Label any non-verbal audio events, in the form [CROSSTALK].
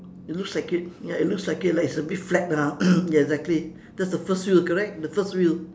it looks like it ya it looks like it like it's a bit flat ah [COUGHS] exactly that's the first wheel correct the first wheel